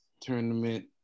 Tournament